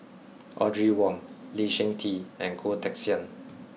Audrey Wong Lee Seng Tee and Goh Teck Sian